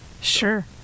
Sure